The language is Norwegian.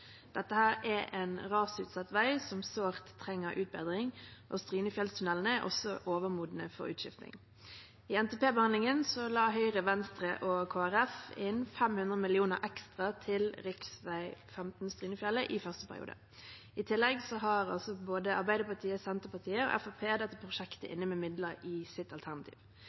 Dette er en rasutsatt vei som sårt trenger utbedring, og Strynefjellstunnelene er også overmodne for utskiftning. I NTP-behandlingen la Høyre, Venstre og Kristelig Folkeparti inn 500 mill. kr ekstra til rv. 15 Strynefjellet i første periode. I tillegg har både Arbeiderpartiet, Senterpartiet og Fremskrittspartiet dette prosjektet inne med midler i sitt alternativ.